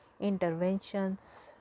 interventions